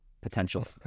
potential